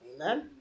Amen